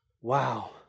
Wow